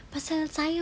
saya faham